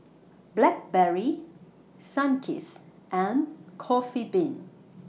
Blackberry Sunkist and Coffee Bean